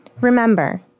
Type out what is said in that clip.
Remember